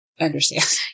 understand